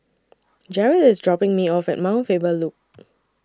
Jaret IS dropping Me off At Mount Faber Loop